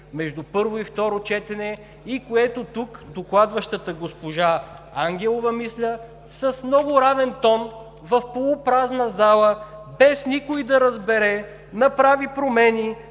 между първо и второ четене и което тук докладващата госпожа Ангелова, мисля, с много равен тон, в полупразна зала, без никой да разбере направи промени